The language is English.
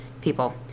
people